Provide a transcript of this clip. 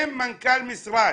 אם מנכ"ל משרד